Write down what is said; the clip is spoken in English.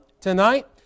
Tonight